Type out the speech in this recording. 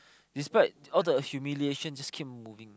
despite all the humiliation just keep on moving